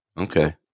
okay